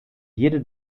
jede